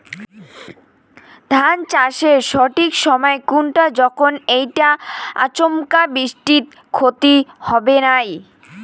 ধান চাষের সঠিক সময় কুনটা যখন এইটা আচমকা বৃষ্টিত ক্ষতি হবে নাই?